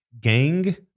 Gang